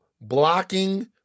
blocking